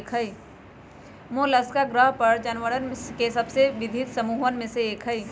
Mollusca ग्रह पर जानवरवन के सबसे विविध समूहन में से एक हई